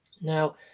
Now